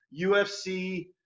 UFC